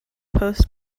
post